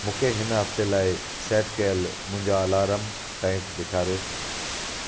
मूंखे हिन हफ़्ते लाइ सेट कयल मुंहिंजा अलार्म टाइम्स ॾेखारियो